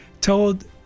told